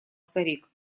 старик